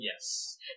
Yes